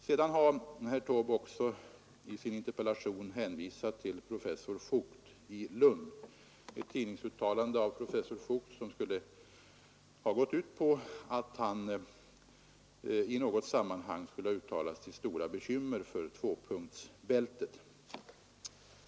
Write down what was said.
Sedan har herr Taube också i sin interpellation hänvisat till ett tidningsuttalande av professor Voigt i Lund. Denne skulle i något sammanhang uttalat sitt stora bekymmer för tvåpunktsbältet.